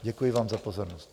Děkuji vám za pozornost.